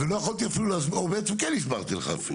ולא יכולתי אפילו, או בעצם כן הסברתי לך.